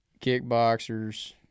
kickboxers